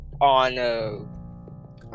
on